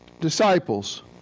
disciples